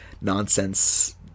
nonsense